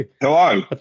hello